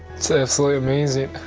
so absolutely amazing.